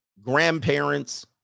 grandparents